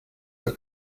the